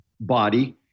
body